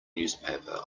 newspaper